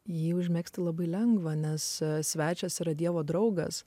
jį užmegzti labai lengva nes svečias yra dievo draugas